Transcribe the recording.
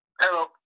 Hello